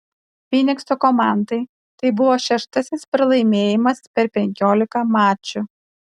fynikso komandai tai buvo šeštasis pralaimėjimas per penkiolika mačų